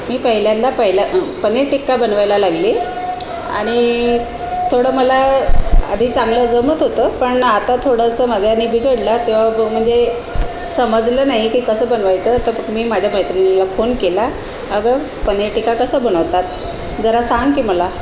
मी पहिल्यांदा पहिला पनीर टिक्का बनवायला लागली आणि थोडं मला आधी चांगलं जमत होतं पण आता थोडंसं माझ्यायानी बिघडलं त्यो गो म्हणजे समजलं नाही की कसं बनवायचं तर मी माझ्या मैत्रिणीला फोन केला अगं पनीर टिक्का कसा बनवतात जरा सांग की मला